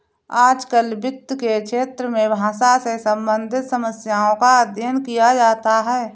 आजकल वित्त के क्षेत्र में भाषा से सम्बन्धित समस्याओं का अध्ययन किया जाता है